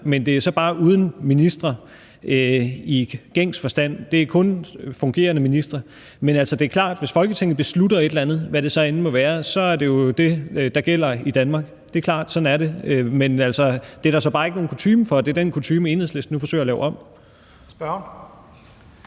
men så er det bare uden ministre i gængs forstand; det er kun fungerende ministre. Men altså, hvis Folketinget beslutter et eller andet, hvad det så end må være, er det jo det, der gælder i Danmark. Det er klart. Sådan er det. Det er der så bare ikke nogen kutyme for. Det er den kutyme, Enhedslisten nu forsøger at lave om. Kl.